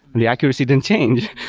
the accuracy didn't change.